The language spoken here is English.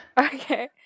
Okay